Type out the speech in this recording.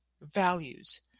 values